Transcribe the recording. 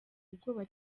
ubwoba